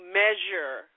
measure